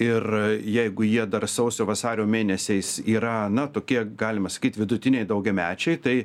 ir jeigu jie dar sausio vasario mėnesiais yra na tokie galima sakyt vidutiniai daugiamečiai tai